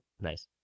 nice